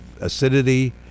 acidity